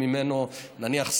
נניח,